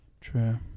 True